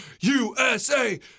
USA